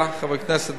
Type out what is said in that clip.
חבר הכנסת והבה,